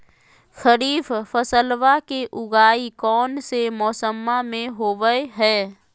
खरीफ फसलवा के उगाई कौन से मौसमा मे होवय है?